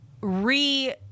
re-